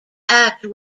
act